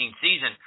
season